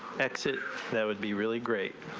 exit that would be really great